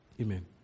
Amen